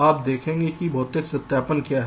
आप देखें कि भौतिक सत्यापन क्या है